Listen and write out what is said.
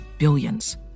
Billions